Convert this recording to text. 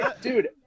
Dude